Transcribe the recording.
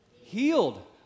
Healed